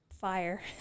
fire